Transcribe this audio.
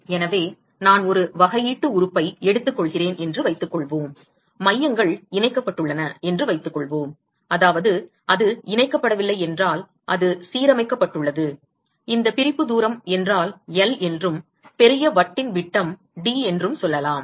எனவே நான் ஒரு வகையீட்டு உறுப்பை எடுத்துக்கொள்கிறேன் என்று வைத்துக்கொள்வோம் மையங்கள் இணைக்கப்பட்டுள்ளன என்று வைத்துக்கொள்வோம் அதாவது அது இணைக்கப்படவில்லை என்றால் அது சீரமைக்கப்பட்டுள்ளது இந்த பிரிப்பு தூரம் என்றால் L என்றும் பெரிய வட்டின் விட்டம் D என்றும் சொல்லலாம்